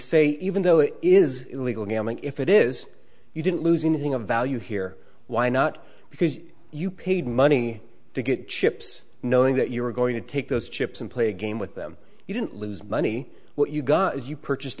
say even though it is illegal gambling if it is you didn't lose anything of value here why not because you paid money to get chips knowing that you were going to take those chips and play a game with them you didn't lose money what you got is you purchased